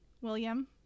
William